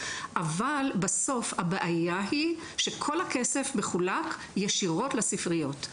אבל בסוף הבעיה היא שכל הכסף מחולק ישירות לספריות.